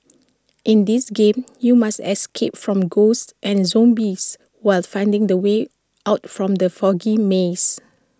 in this game you must escape from ghosts and zombies while finding the way out from the foggy maze